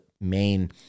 main